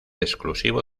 exclusivo